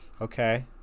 Okay